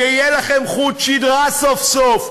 שיהיה לכם חוט שדרה סוף-סוף.